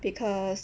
because